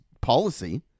policy